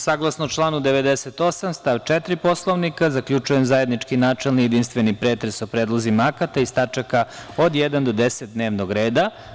Saglasno članu 98. stav 4. Poslovnika, zaključujem zajednički načelni i jedinstveni pretres o predlozima akata iz tačaka od 1-10 dnevnog reda.